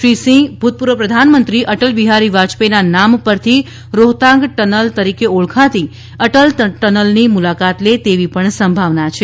શ્રી સિંહ ભૂતપૂર્વ પ્રધાનમંત્રી અટલ બિહારી વાજપેયીના નામ પરથી રોહતાંગ ટનલ તરીકે ઓળખાતી અટલ ટનલની મુલાકાત લે તેવી સંભાવના છે